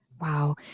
Wow